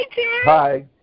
Hi